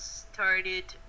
started